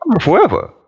forever